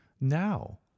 now